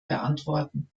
beantworten